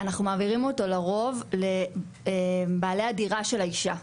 אנחנו מעבירים אותו לרוב לבעלי הדירה של האישה.